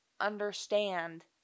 understand –